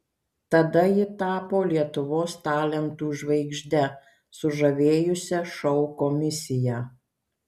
tada ji tapo lietuvos talentų žvaigžde sužavėjusia šou komisiją